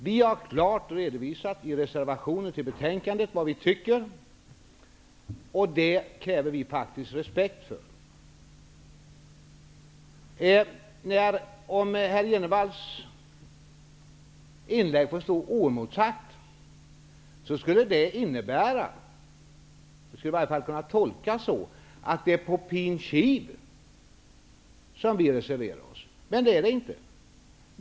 Vi har i reservationen vid betänkandet klart redovisat vad vi tycker, och det kräver vi faktiskt respekt för. Om herr Jenevalls inlägg får stå oemotsagt, skulle det innebära eller i varje fall kunna tolkas så, att det är på pin kiv som vi reserverar oss. Men så är det inte.